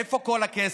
איפה כל הכסף?